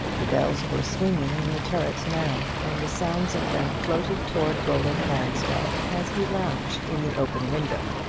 the bells were swinging in the turret now, and the sound of them floated towards roland lansdell as he lounged in the open window.